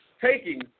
Taking